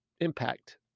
impact